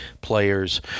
players